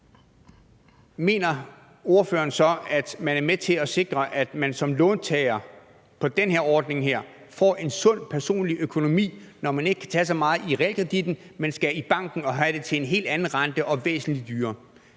Mener ordføreren, at det er med til at sikre, at man som låntager på den her ordning får en sund personlig økonomi, når man ikke kan tage så stort et realkreditlån, men skal i banken og have et lån til en helt anden og væsentlig højere